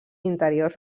interiors